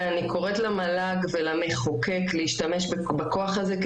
ואני קוראת למל"ג ולמחוקק להשתמש בכוח הזה,